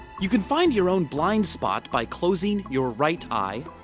you can find your own blind spot by closing your right eye,